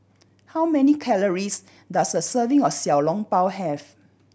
how many calories does a serving of Xiao Long Bao have